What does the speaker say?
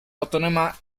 autónoma